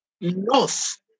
north